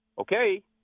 okay